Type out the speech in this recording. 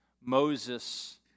Moses